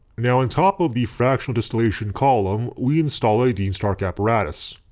now on top of the fractional distillation column we install a dean stark apparatus.